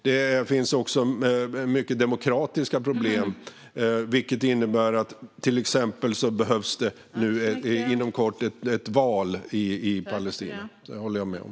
Det finns också många demokratiska problem, vilket innebär att det behövs ett val i Palestina inom kort. Det håller jag med om.